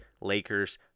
Lakers